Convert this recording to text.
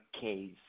case